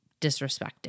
disrespected